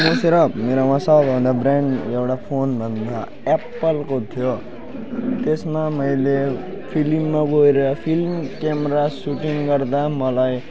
सोचेर मेरामा सबभन्दा ब्रान्ड एउटा फोन भन्दा एप्पलको थियो त्यसमा मैले फिल्ममा गएर फिल्म क्यामरा सुटिङ गर्दा मलाई